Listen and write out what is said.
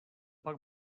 pak